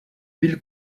huile